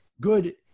good